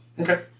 Okay